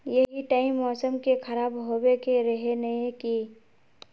यही टाइम मौसम के खराब होबे के रहे नय की?